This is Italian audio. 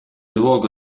luogo